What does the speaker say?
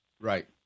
Right